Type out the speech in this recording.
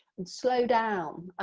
slow down,